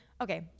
okay